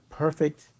perfect